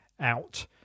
out